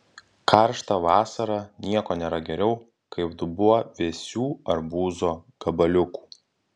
karštą vasarą nieko nėra geriau kaip dubuo vėsių arbūzo gabaliukų